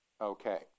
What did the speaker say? Okay